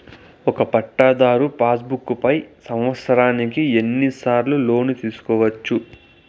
ఒక పట్టాధారు passbook పై సంవత్సరానికి ఎన్ని సార్లు లోను తీసుకోవచ్చు?